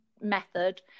method